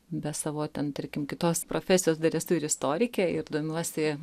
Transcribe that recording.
be savo ten tarkim kitos profesijos dar esu ir istorikė ir domiuosi